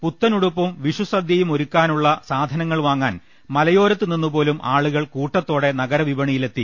പുത്തനുടുപ്പും വിഷുസദ്യയുമൊരുക്കാ നുള്ള സാധനങ്ങൾ വാങ്ങാൻ മലയോരത്തു നിന്നുപോലും ആളു കൾ കൂട്ടത്തോടെ നഗരവിപണിയിലെത്തി